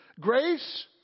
Grace